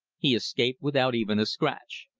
he escaped without even a scratch.